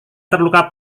terluka